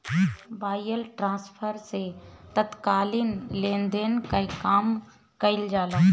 wire transfer से तात्कालिक लेनदेन कअ काम कईल जाला